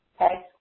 okay